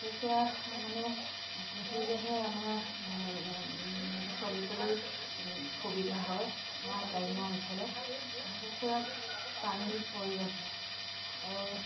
কুকুৰা মানে পুহিলেহে আপোনাৰ চলিবলৈ সুবিধা হয় আমাৰ গ্ৰাম্য অঞ্চলত হাঁহ কুকুৰা পানীৰ প্ৰয়োজন হয় আৰু